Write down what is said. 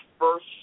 first